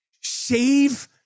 shave